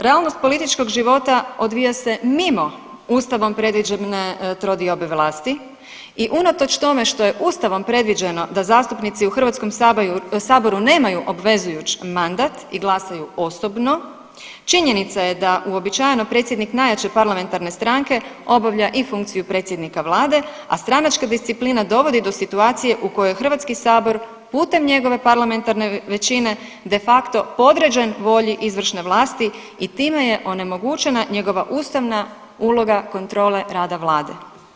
Realnost političkog života odvija se mimo ustavom predviđene trodiobe vlasti i unatoč tome što je ustavom predviđeno da zastupnici u HS nemaju obvezujuć mandat i glasaju osobno činjenica je da uobičajeno predsjednik najjače parlamentarne stranke obavlja i funkciju predsjednika vlade, a stranačka disciplina dovodi do situacije u kojoj je HS putem njegove parlamentarne većine de facto podređen volji izvršne vlasti i time je onemogućena njegova ustavna uloga kontrole rada vlade.